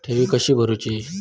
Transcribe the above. ठेवी कशी भरूची?